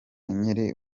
nkiri